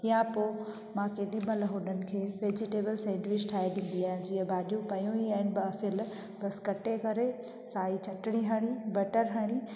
या पोइ मां केॾीमहिल उन्हनि खे वैजीटेबल सैडविच ठाहे ॾींदी आहियां जीअं भाॼियूं पयूं ई आहिनि बाफ़ियल बसि कटे करे साई चटणी हणी बटर हणी